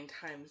times